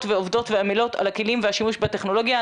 ועובדות ועמלות על הכלים והשימוש בטכנולוגיה.